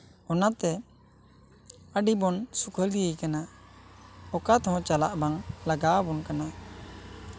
ᱚᱱᱟᱛᱮ ᱟᱹᱰᱤ ᱵᱚᱱ ᱥᱩᱠᱷᱟᱹᱞᱤ ᱟᱠᱟᱱᱟ ᱚᱠᱟ ᱛᱮᱦᱚᱸ ᱪᱟᱞᱟᱣ ᱵᱟᱝ ᱞᱟᱜᱟᱣ ᱟᱵᱚᱱ ᱠᱟᱱᱟ